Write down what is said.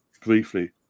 briefly